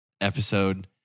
episode